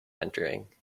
entering